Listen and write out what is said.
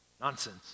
Nonsense